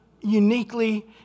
uniquely